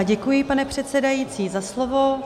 Děkuji, pane předsedající, za slovo.